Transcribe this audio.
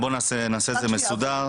(היו"ר סימון דוידסון) בוא נעשה את זה מסודר.